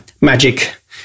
Magic